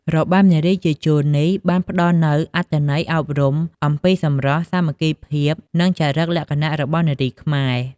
របាំនារីជាជួរនេះបន្តផ្តល់នូវអត្ថន័យអប់រំអំពីសម្រស់ សាមគ្គីភាព និងចរិតលក្ខណៈរបស់នារីខ្មែរ។